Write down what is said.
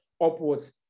upwards